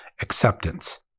acceptance